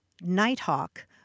nighthawk